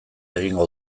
egingo